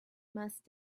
must